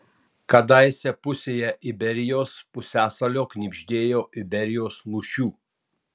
kadaise pusėje iberijos pusiasalio knibždėjo iberijos lūšių